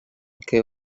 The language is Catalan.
què